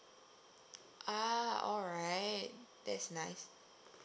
ah alright that's nice